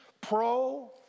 pro